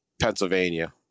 Pennsylvania